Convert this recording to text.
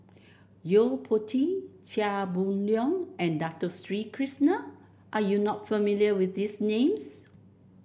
Yo Po Tee Chia Boon Leong and Dato Sri Krishna are you not familiar with these names